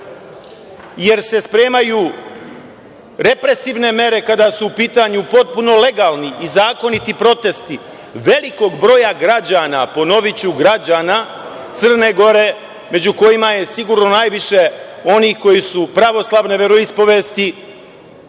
jer se spremaju represivne mere, kada su u pitanju potpuno legalni i zakoniti protesti, velikog broja građana, ponoviću Crne Gore, među kojima je najviše pravoslavne veroispovesti,